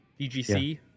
DGC